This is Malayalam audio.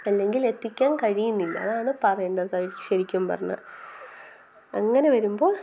അല്ലെങ്കിൽ എത്തിക്കാൻ കഴിയുന്നില്ല അതാണ് പറയുന്നത് ശരിക്കും പറഞ്ഞാൽ അങ്ങനെ വരുമ്പോൾ